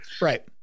Right